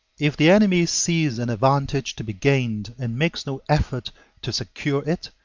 if the enemy sees an advantage to be gained and makes no effort to secure it,